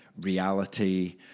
reality